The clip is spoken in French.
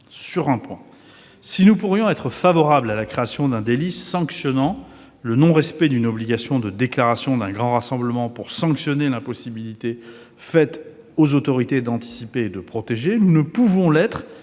général. Si nous pourrions être favorables à la création d'un délit sanctionnant le non-respect d'une obligation de déclaration d'un grand rassemblement, afin de réprimer l'impossibilité faite aux autorités d'anticiper et de protéger, nous ne pouvons l'être